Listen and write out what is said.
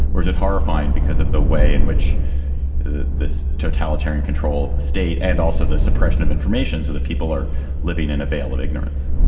or is it horrifying because of the way in which this totalitarian control of the state and also the suppression of information so that people are living in a veil of ignorance?